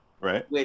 Right